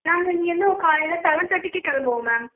நாங்கள் இங்கேர்ந்து ஒரு காலையில செவன் தேர்ட்டிக்கு கிளம்புவோம் மேம்